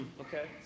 okay